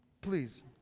Please